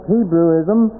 Hebrewism